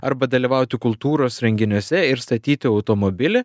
arba dalyvauti kultūros renginiuose ir statyti automobilį